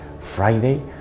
Friday